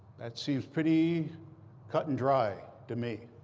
that seems pretty cut and dry to me.